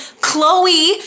Chloe